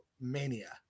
mania